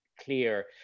clear